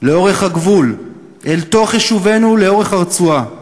לאורך הגבול, אל תוך יישובינו לאורך הרצועה.